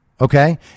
Okay